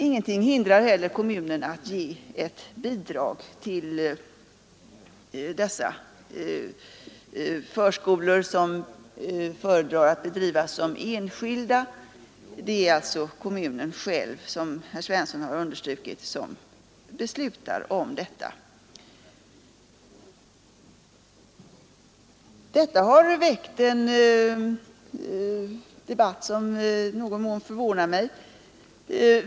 Inte heller hindrar någonting kommunen att ge ett bidrag till förskolor som man föredrar att bedriva som enskilda; det är alltså — som herr Svensson i Kungälv har understrukit — kommunen själv som beslutar om detta. Denna fråga har väckt en debatt som i någon mån förvånar mig.